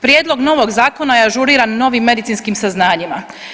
Prijedlog novog zakona je ažuriran novim medicinskim saznanjima.